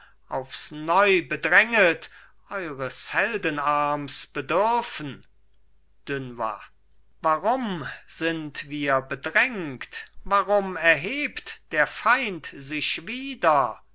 aufs neu bedränget eures heldenarms bedürfen dunois warum sind wir bedrängt warum erhebt der feind sich wieder